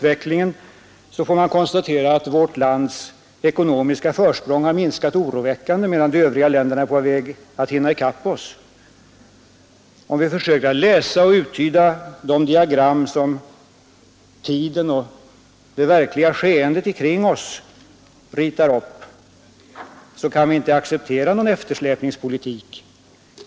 Vårt lands ekonomiska försprång har minskat oroväckande; de övriga länderna är på väg att hinna i kapp oss. Om vi försökte uttyda de diagram som tiden och det verkliga skeendet kring oss ritar upp, kan vi inte acceptera någon eftersläpningspolitik.